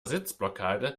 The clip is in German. sitzblockade